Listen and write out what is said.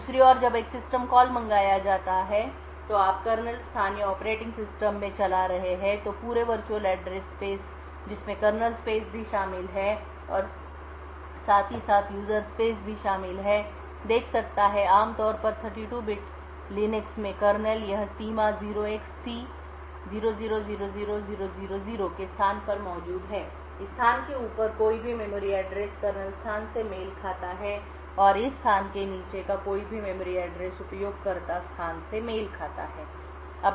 दूसरी ओर जब एक सिस्टम कॉल मंगाया जाता है या आप कर्नेल स्थान या ऑपरेटिंग सिस्टम में चला रहे हैं तो पूरे वर्चुअल एड्रेस स्पेस जिसमें कर्नेल स्पेस भी शामिल है और साथ ही साथ यूजर स्पेस भी शामिल है देख सकता है आमतौर पर 32 बिट लिनक्स में कर्नेल यह सीमा 0xC0000000 के स्थान पर मौजूद है इस स्थान के ऊपर कोई भी मेमोरी एड्रेस कर्नेल स्थान से मेल खाता है और इस स्थान के नीचे का कोई भी मेमोरी एड्रेस उपयोगकर्ता स्थान से मेल खाता है